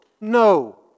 no